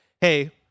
hey